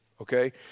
okay